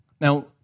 Now